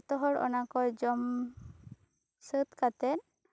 ᱡᱚᱛᱚ ᱦᱚᱲ ᱚᱱᱟ ᱠᱚ ᱡᱚᱢ ᱥᱟᱹᱛ ᱠᱟᱛᱮᱫ